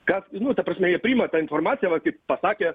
kas nu ta prasme jie priima tą informaciją va kaip pasakė